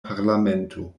parlamento